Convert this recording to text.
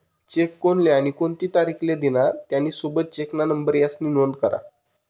check कोनले आणि कोणती तारीख ले दिना, त्यानी सोबत चेकना नंबर यास्नी नोंद करा